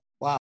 Wow